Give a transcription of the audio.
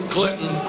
Clinton